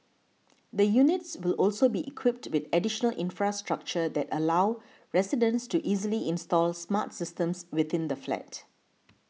the units will also be equipped with additional infrastructure that allow residents to easily install smart systems within the flat